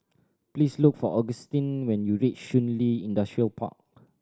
please look for Agustin when you reach Shun Li Industrial Park